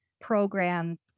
program